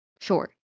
Sure